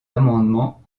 amendements